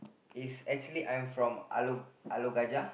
it's actually I'm from Alor Alor Gajah